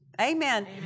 Amen